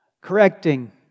correcting